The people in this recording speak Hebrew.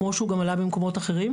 כמו שהוא גם עלה במקומות אחרים.